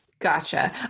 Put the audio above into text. Gotcha